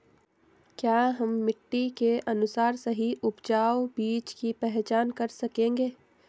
क्या हम मिट्टी के अनुसार सही उपजाऊ बीज की पहचान कर सकेंगे?